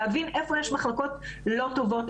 להבין איפה יש מחלקות לא טובות,